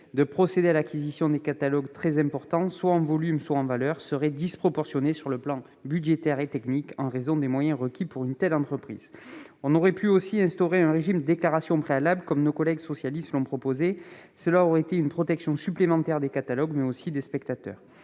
de procéder à l'acquisition de catalogues très importants, soit en volume, soit en valeur, serait disproportionné sur le plan budgétaire et technique en raison des moyens requis pour une telle entreprise. On aurait aussi pu instaurer un régime de déclaration préalable et d'autorisation, comme nos collègues socialistes l'ont proposé. Cela aurait été une protection supplémentaire des catalogues, mais aussi des spectateurs.